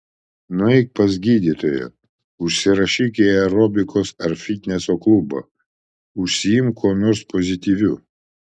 nueik pas gydytoją užsirašyk į aerobikos ar fitneso klubą užsiimk kuo nors pozityviu